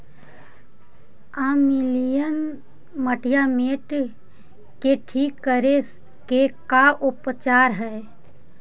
अमलिय मटियामेट के ठिक करे के का उपचार है?